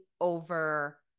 over